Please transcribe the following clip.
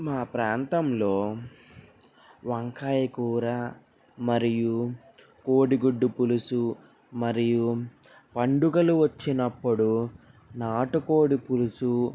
మా ప్రాంతంలో వంకాయ కూర మరియు కోడిగుడ్డు పులుసు మరియు పండుగలు వచ్చినప్పుడు నాటుకోడి పులుసు